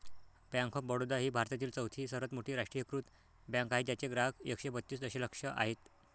bank of Baroda ही भारतातील चौथी सर्वात मोठी राष्ट्रीयीकृत बँक आहे ज्याचे ग्राहक एकशे बत्तीस दशलक्ष आहेत